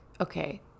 Okay